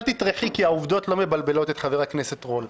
אל תטרחי כי העובדות לא מבלבלות את חבר הכנסת רול.